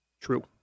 true